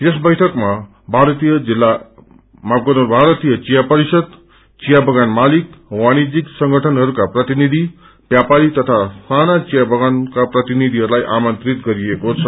यस बैठकमा भारतीय जचया परिषद विया बगाल मालिक वाणिन्यिक संगठनहरूका प्रतिनिधि व्यापारी तथा साना वियाबगाका प्रतिनिधिहरूलाई आमन्त्रित गरिएको छ